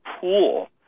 pool